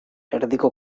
erdiko